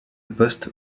poste